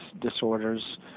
disorders